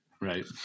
Right